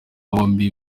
bombi